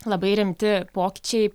labai rimti pokyčiai